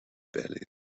berlin